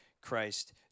Christ